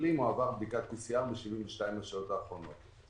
מחלים או עבר בדיקת PCR ב-72 השעות האחרונות.